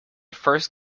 first